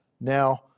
Now